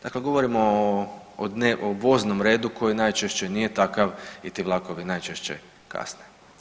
Dakle, govorimo o voznom redu koji najčešće nije takav i ti vlakovi najčešće kasne.